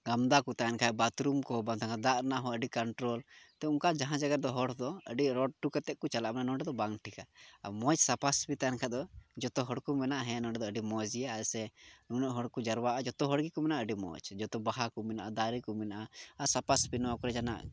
ᱜᱟᱱᱫᱟ ᱠᱚ ᱛᱟᱦᱮᱱ ᱠᱷᱟᱡ ᱵᱟᱛᱷᱨᱩᱢ ᱠᱚ ᱵᱟᱝ ᱛᱟᱦᱮᱱᱟ ᱫᱟᱜ ᱨᱮᱱᱟᱜ ᱦᱚᱸ ᱟᱹᱰᱤ ᱠᱚᱱᱴᱨᱳᱞ ᱛᱳ ᱚᱱᱠᱟ ᱡᱟᱦᱟᱸ ᱡᱟᱭᱜᱟ ᱨᱮ ᱦᱚᱲᱫᱚ ᱟᱹᱰᱤ ᱨᱚᱲ ᱦᱚᱴᱚ ᱠᱟᱛᱮᱫ ᱠᱚ ᱪᱟᱞᱟᱜᱼᱟ ᱱᱚᱰᱮ ᱫᱚ ᱵᱟᱝ ᱴᱷᱤᱠᱟ ᱟᱨ ᱢᱚᱡᱽ ᱥᱟᱯᱟ ᱥᱟᱹᱯᱷᱤ ᱛᱟᱦᱮᱱ ᱠᱷᱟᱡ ᱫᱚ ᱡᱚᱛᱚ ᱦᱚᱲ ᱠᱚ ᱢᱮᱱᱟ ᱦᱮᱸ ᱱᱚᱰᱮ ᱫᱚ ᱟᱹᱰᱤ ᱢᱚᱡᱽ ᱜᱮᱭᱟ ᱥᱮ ᱱᱩᱱᱟᱹᱜ ᱦᱚᱲ ᱠᱚ ᱡᱟᱨᱣᱟᱜᱼᱟ ᱡᱚᱛᱚ ᱦᱚᱲ ᱜᱮᱠᱚ ᱢᱮᱱᱟ ᱟᱹᱰᱤ ᱢᱚᱡᱽ ᱡᱚᱛᱚ ᱵᱟᱦᱟ ᱠᱚ ᱢᱮᱱᱟᱜᱼᱟ ᱫᱟᱨᱮ ᱠᱚ ᱢᱮᱱᱟᱜᱼᱟ ᱟᱨ ᱥᱟᱯᱷᱟ ᱥᱟᱯᱷᱤ ᱱᱚᱣᱟ ᱠᱚᱨᱮᱜ ᱡᱟᱦᱟᱱᱟᱜ